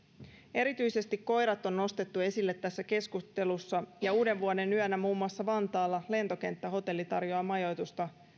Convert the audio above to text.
erityisesti koirat on nostettu esille tässä keskustelussa ja uudenvuodenyönä muun muassa vantaalla lentokenttähotelli tarjoaa majoitusta